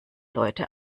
leute